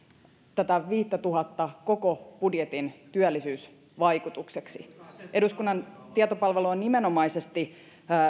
tätä viittätuhatta koko budjetin työllisyysvaikutukseksi eduskunnan tietopalvelu on nimenomaisesti